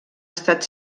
estat